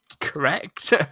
Correct